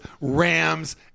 Rams